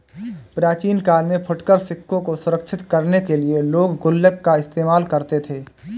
प्राचीन काल में फुटकर सिक्कों को सुरक्षित करने के लिए लोग गुल्लक का इस्तेमाल करते थे